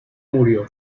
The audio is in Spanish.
murió